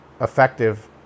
effective